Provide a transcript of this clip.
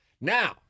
Now